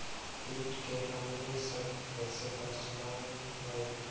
किट के हमनी सब कईसे पहचान बई?